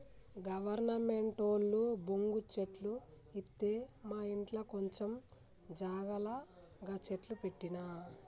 గవర్నమెంటోళ్లు బొంగు చెట్లు ఇత్తె మాఇంట్ల కొంచం జాగల గ చెట్లు పెట్టిన